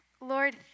Lord